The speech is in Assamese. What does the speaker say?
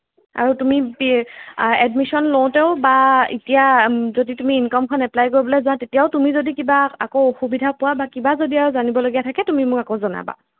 আৰু তুমি এডমিশ্যন লওঁতেও বা এতিয়া যদি তুমি ইনকমখন এপ্লাই কৰিবলৈ যোৱা তেতিয়াও তুমি যদি কিবা আকৌ অসুবিধা পোৱা বা কিবা যদি আৰু জানিবলগীয়া থাকে তুমি মোক আকৌ জনাবা